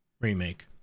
remake